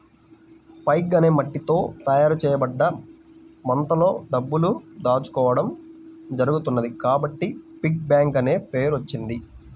pig అనే మట్టితో తయారు చేయబడ్డ ముంతలో డబ్బులు దాచుకోవడం జరుగుతున్నది కాబట్టి పిగ్గీ బ్యాంక్ అనే పేరు వచ్చింది